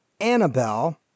Annabelle